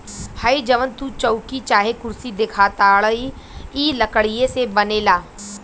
हइ जवन तू चउकी चाहे कुर्सी देखताड़ऽ इ लकड़ीये से न बनेला